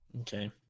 okay